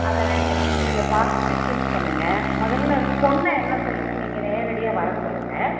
அதை ரெண்டையும் நீங்கள் பார்த்துட்டு சூஸ் பண்ணுங்க முதல்ல பொண்ணை என்ன சொல்லுங்கள் நீங்கள் நேரடியாக வர சொல்லுங்கள்